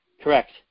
Correct